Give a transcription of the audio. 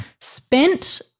spent